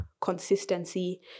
consistency